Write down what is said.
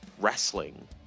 wrestling